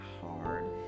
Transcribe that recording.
hard